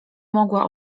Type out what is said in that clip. mogła